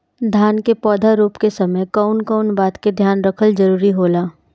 धान के पौधा रोप के समय कउन कउन बात के ध्यान रखल जरूरी होला?